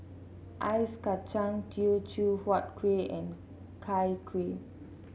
Ice Kachang Teochew Huat Kueh and Chai Kuih